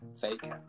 fake